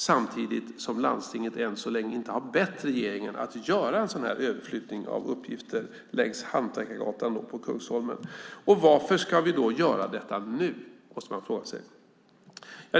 Samtidigt har landstinget än så länge inte bett regeringen att göra en sådan här överflyttning av uppgifter längs Hantverkargatan på Kungsholmen. Varför ska vi då göra detta nu? Det måste man fråga sig.